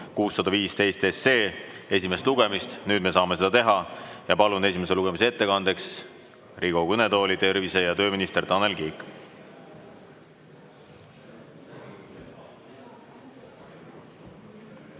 615 esimest lugemist. Nüüd me saame seda teha. Palun esimese lugemise ettekandeks Riigikogu kõnetooli tervise- ja tööminister Tanel Kiige.